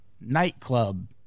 nightclub